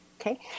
Okay